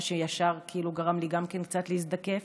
מה שישר כאילו גרם לי גם קצת להזדקף.